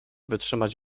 wytrzymać